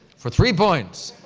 for three points,